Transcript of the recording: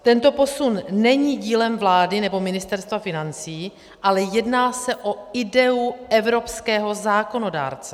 Tento posun není dílem vlády nebo Ministerstva financí, ale jedná se o ideu evropského zákonodárce.